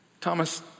Thomas